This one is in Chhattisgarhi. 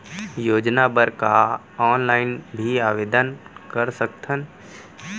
योजना बर का ऑनलाइन भी आवेदन कर सकथन?